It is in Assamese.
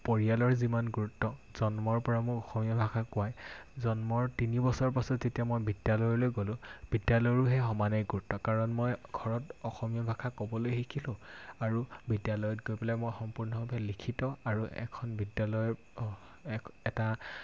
পৰিয়ালৰ যিমান গুৰুত্ব জন্মৰ পৰা মোৰ অসমীয়া ভাষা কোৱায় জন্মৰ তিনি বছৰ পাছত যেতিয়া মই বিদ্যালয়লৈ গ'লোঁ বিদ্যালয়ৰো সেই সমানেই গুৰুত্ব কাৰণ মই ঘৰত অসমীয়া ভাষা ক'বলৈ শিকিলোঁ আৰু বিদ্যালয়ত গৈ পেলাই মই সম্পূৰ্ণভাৱে লিখিত আৰু এখন বিদ্যালয়ৰ এক এটা